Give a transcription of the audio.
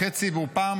והוא אבא לשניים וחצי,